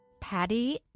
Patty